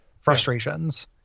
frustrations